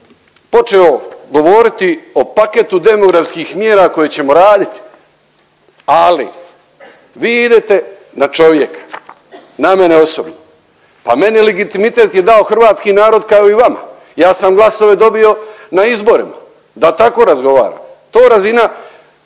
počeo govoriti o paketu demografskih mjera koje ćemo raditi, ali vi idete na čovjeka, na mene osobno. Pa meni legitimitet je dao hrvatski narod kao i vama, ja sam glasove dobio na izborima da tako razgovaramo. To razina,